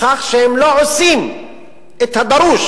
בכך שהם לא עושים את הדרוש,